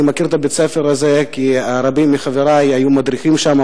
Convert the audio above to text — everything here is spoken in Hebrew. אני מכיר את בית-הספר הזה כי רבים מחברי היו מדריכים שם,